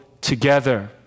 together